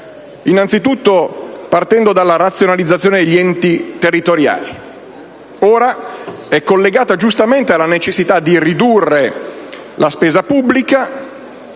innanzi tutto partendo dalla razionalizzazione degli enti territoriali. Ora essa è collegata giustamente alla necessità di ridurre la spesa pubblica,